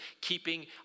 keeping